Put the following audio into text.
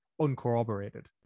uncorroborated